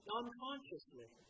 unconsciously